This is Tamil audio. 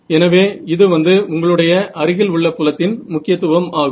எனவே இது வந்து உங்களுடைய அருகில் உள்ள புலத்தின் முக்கியத்துவம் ஆகும்